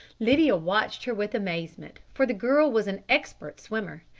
lydia watched her with amazement, for the girl was an expert swimmer.